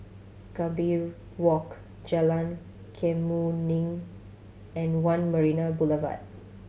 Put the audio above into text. Gambir Walk Jalan Kemuning and One Marina Boulevard